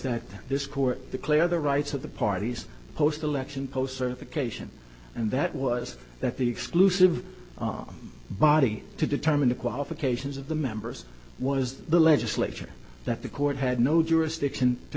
that this court the clear the rights of the parties post election post certification and that was that the exclusive our body to determine the qualifications of the members was the legislature that the court had no jurisdiction to